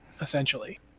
essentially